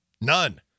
None